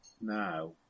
now